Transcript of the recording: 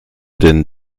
denn